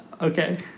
Okay